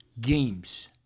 games